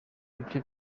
ibice